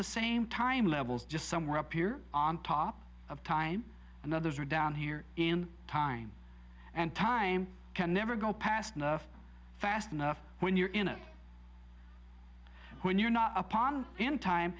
the same time levels just somewhere up here on top of time and others are down here in time and time can never go past enough fast enough when you're in it when you're not upon in time